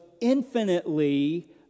infinitely